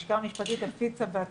הלשכה המשפטית על פי תזכירים.